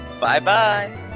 Bye-bye